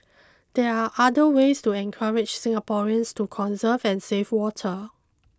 there are other ways to encourage Singaporeans to conserve and save water